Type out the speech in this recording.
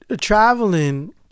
traveling